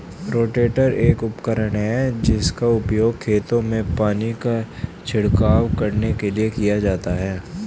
rotator एक उपकरण है जिसका उपयोग खेतों में पानी का छिड़काव करने के लिए किया जाता है